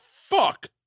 fuck